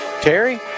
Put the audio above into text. Terry